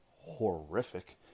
horrific